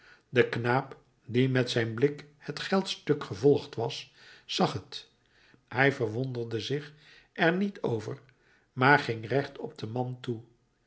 de knaap die met zijn blik het geldstuk gevolgd was zag het hij verwonderde zich er niet over maar ging recht op den man toe